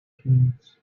kids